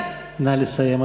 תסכימו,